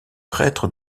prêtre